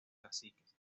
caciques